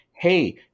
Hey